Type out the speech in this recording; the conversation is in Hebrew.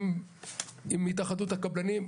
אם בשיחות עם התאחדות הקבלנים,